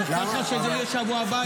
את רוצה שההצבעה תהיה בשבוע הבא?